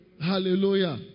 Hallelujah